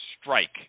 strike